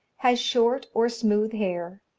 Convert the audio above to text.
has short or smooth hair,